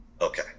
Okay